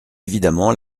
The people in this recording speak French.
évidemment